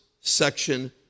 section